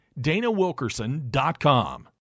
DanaWilkerson.com